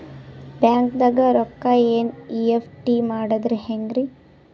ಬ್ಯಾಂಕ್ದಾಗ ರೊಕ್ಕ ಎನ್.ಇ.ಎಫ್.ಟಿ ಮಾಡದ ಹೆಂಗ್ರಿ?